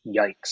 Yikes